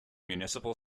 municipal